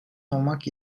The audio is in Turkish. olmak